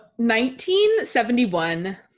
1971